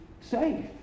safe